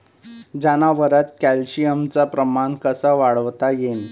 जनावरात कॅल्शियमचं प्रमान कस वाढवता येईन?